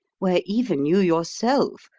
where even you yourself,